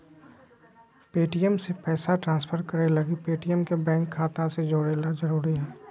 Paytm से पैसा transfer करे लगी पेटीएम के बैंक खाता से जोड़े ल जरूरी हय